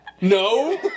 No